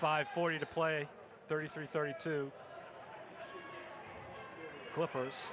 five for you to play thirty three thirty two clippers